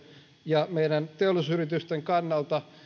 ja meidän teollisuusyritysten kannalta